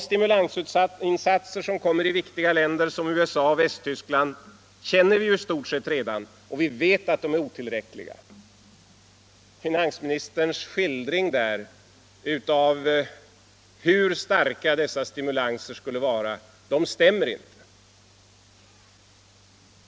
De stimulansinsatser som kommeer att göras i viktiga länder som USA och Västtyskland känner vi i stort sett redan, och vi vet att de är otillräckliga. Finansministerns skildring av hur starka dessa stimulanser skulle bli stämmer inte.